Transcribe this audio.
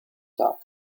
tap